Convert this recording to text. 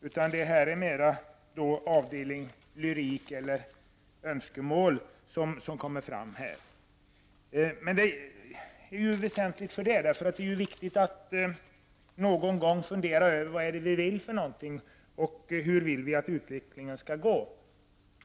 Här är det mera avdelningen lyrik och önskemål. Men detta är väsentligt också, för det är viktigt att någon gång fundera över vad vi egentligen vill och hur vi vill att utvecklingen skall gå.